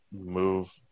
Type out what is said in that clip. move